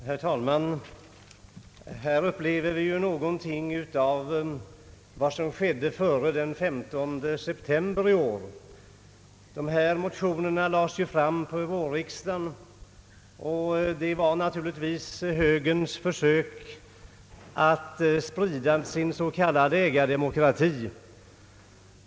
Herr talman! Här upplever vi ju någonting av vad som skedde före den 15 september i år. Föreliggande motioner lades ju fram för vårriksdagen, och det skedde naturligtvis såsom ett led i högerns försök att sprida teorin om sin s.k. ägardemokrati.